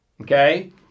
Okay